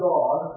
God